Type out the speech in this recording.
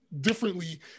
differently